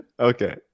Okay